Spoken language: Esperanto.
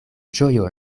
ĝojo